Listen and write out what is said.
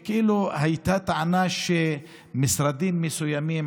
כאילו הייתה טענה שמשרדים מסוימים,